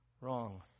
Wrong